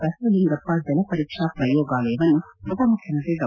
ಬಸವಲಿಂಗಪ್ಪ ಜಲಪರೀಕ್ಷಾ ಪ್ರಯೋಗಾಲಯವನ್ನು ಉಪಮುಖ್ಯಮಂತ್ರಿ ಡಾ